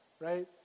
right